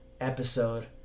episode